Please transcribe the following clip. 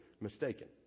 mistaken